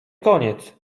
koniec